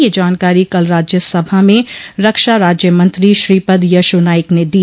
यह जानकारी कल राज्यसभा में रक्षा राज्य मंत्रो श्रीपद यशो नाइक ने दी